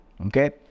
Okay